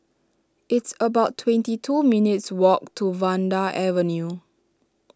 it's about twenty two minutes' walk to Vanda Avenue